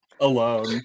alone